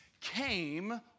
came